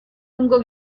lungo